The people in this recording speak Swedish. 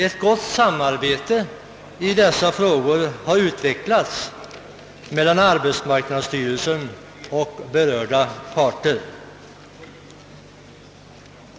Ett gott samarbete i dessa frågor har utvecklats mellan arbetsmarknadsstyrelsen och berörda parter.